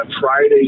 Friday